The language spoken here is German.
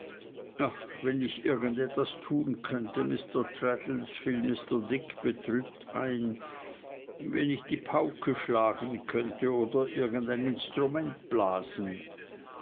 wenn ich irgend etwas tun könnte mr traddles fiel mr dick betrübt ein wenn ich die pauke schlagen könnte oder irgendein instrument blasen